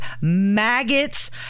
maggots